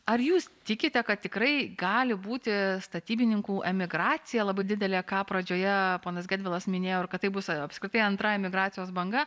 ar jūs tikite kad tikrai gali būti statybininkų emigracija labai didelė ką pradžioje ponas gedvilas minėjo kad taip bus ar apskritai antra emigracijos banga